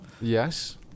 Yes